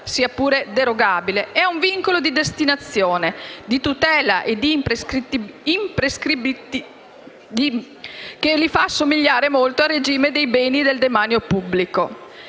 sia pure derogabile, e a un vincolo di destinazione, di tutela e imprescrittibilità che li fa somigliare molto al regime dei beni del demanio pubblico.